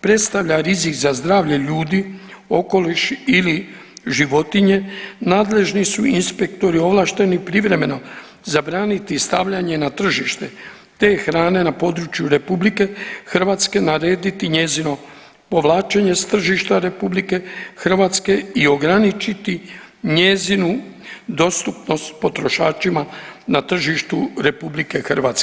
predstavlja rizik za zdravlje ljudi, okoliš ili životinje nadležni su inspektori ovlašteni privremeno zabraniti stavljanje na tržište te hrane na području RH, narediti njezino povlačenje s tržišta RH i ograničiti njezinu dostupnost potrošačima na tržištu RH.